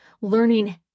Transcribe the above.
learning